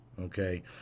okay